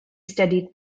studied